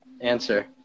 answer